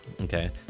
okay